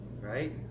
right